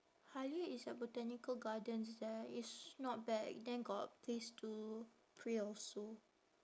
Halia is at botanical gardens there it's not bad then got place to pray also